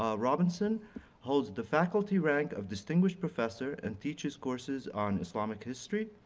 ah robinson holds the faculty rank of distinguished professor, and teaches courses on islamic history.